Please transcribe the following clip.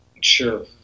Sure